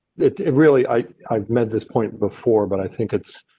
it it really i, i've met this point before, but i think it's.